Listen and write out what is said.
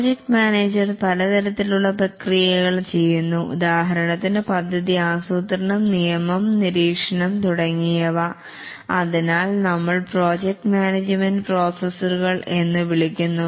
project manager പലതരത്തിലുള്ള പ്രക്രിയകൾ ചെയ്യുന്നു ഉദാഹരണത്തിന് പദ്ധതി ആസൂത്രണം നിയമനം നിരീക്ഷണം തുടങ്ങിയവ അതിനാൽ നമ്മൾ പ്രോജക്ട് മാനേജ്മെൻറ് പ്രോസസറുകൾ എന്ന് വിളിക്കുന്നു